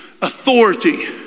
authority